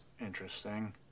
interesting